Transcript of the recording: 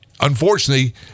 unfortunately